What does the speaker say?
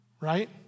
right